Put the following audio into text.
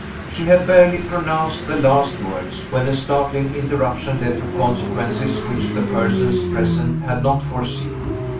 she had barely pronounced the last words, when a startling interruption led to consequences which the persons present had not foreseen.